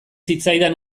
zitzaidan